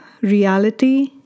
reality